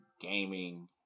gaming